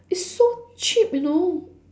it's so cheap you know